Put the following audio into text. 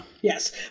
yes